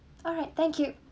alright thank you